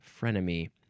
frenemy